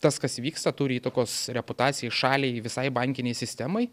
tas kas vyksta turi įtakos reputacijai šaliai visai bankinei sistemai